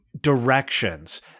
directions